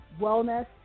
wellness